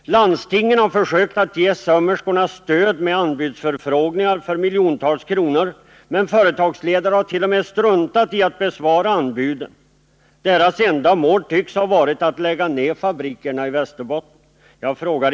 Landstingen har försökt ge sömmerskorna stöd genom anbudsförfrågningar för miljontals kronor, men företagsledare hart.o.m. struntat i att besvara anbuden. Deras enda mål tycks ha varit att lägga ned fabrikerna i Västerbotten.